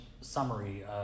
summary